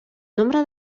nombre